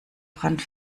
brand